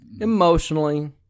emotionally